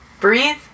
Breathe